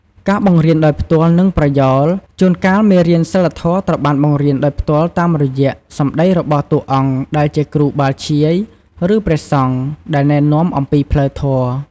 ការបង្រៀនដោយផ្ទាល់ និងប្រយោល ជួនកាលមេរៀនសីលធម៌ត្រូវបានបង្រៀនដោយផ្ទាល់តាមរយៈ សម្តីរបស់តួអង្គដែលជាគ្រូបាធ្យាយ ឬព្រះសង្ឃ ដែលណែនាំអំពីផ្លូវធម៌។